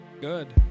Good